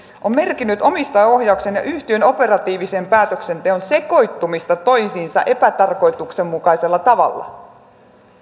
on merkinnyt omistajaohjauksen ja yhtiön operatiivisen päätöksenteon sekoittumista toisiinsa epätarkoituksenmukaisella tavalla